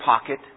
pocket